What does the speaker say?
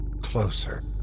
Closer